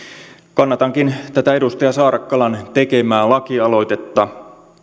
kannatankin tätä edustaja saarakkalan tekemää lakialoitetta